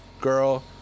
girl